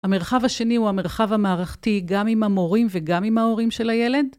המרחב השני הוא המרחב המערכתי גם עם המורים וגם עם ההורים של הילד?